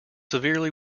severely